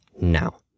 now